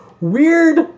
weird